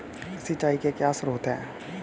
सिंचाई के क्या स्रोत हैं?